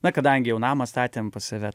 na kadangi jau namą statėm pas save